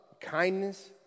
kindness